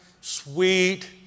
sweet